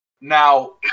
Now